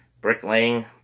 bricklaying